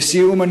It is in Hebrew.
לסיום,